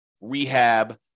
rehab